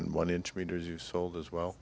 and one inch meters you sold as well